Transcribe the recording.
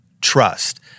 trust